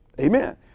Amen